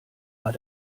war